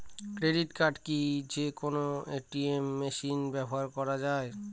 Credit card কি যে কোনো এ.টি.এম মেশিনে ব্যবহার করা য়ায়?